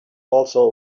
also